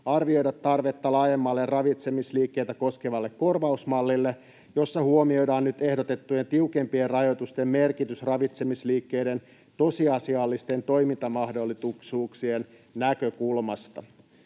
arvioida tarvetta laajemmalle ravitsemisliikkeitä koskevalle korvausmallille, jossa huomioidaan nyt ehdotettujen tiukempien rajoitusten merkitys ravitsemisliikkeiden tosiasiallisten toimintamahdollisuuksien näkökulmasta.